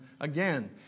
again